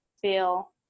feel